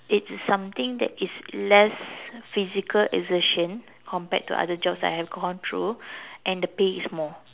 it's something that is less physical assertion compared to other jobs that I have gone through and the pay is more